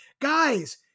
Guys